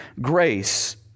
grace